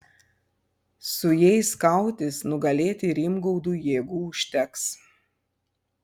su jais kautis nugalėti rimgaudui jėgų užteks